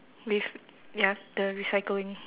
with ya the recycling